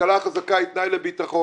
כלכלה חזקה היא תנאי לביטחון.